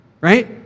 right